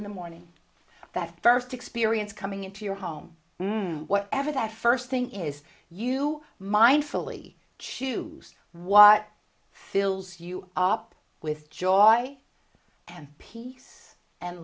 in the morning that first experience coming into your home whatever that first thing is you mindfully choose what fills you up with joy and peace and